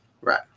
right